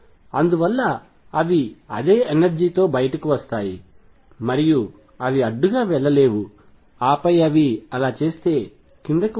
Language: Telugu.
అందువల్ల అవి అదే ఎనర్జీతో బయటకు వస్తాయి మరియు అవి అడ్డుగా వెళ్లలేవు ఆపై అవి అలా చేస్తే కిందికి వస్తాయి